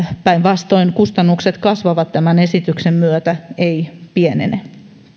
päinvastoin kustannukset kasvavat tämän esityksen myötä eivät pienene